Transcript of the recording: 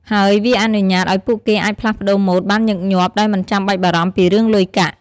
ហើយវាអនុញ្ញាតឱ្យពួកគេអាចផ្លាស់ប្ដូរម៉ូដបានញឹកញាប់ដោយមិនចាំបាច់បារម្ភពីរឿងលុយកាក់។